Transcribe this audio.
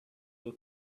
will